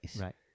Right